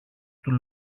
του